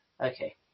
Okay